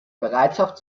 bereitschaft